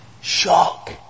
Shock